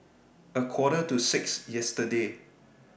A Quarter to six yesterday